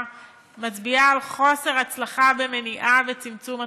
מצביעה על חוסר הצלחה במניעה ובצמצום התופעה.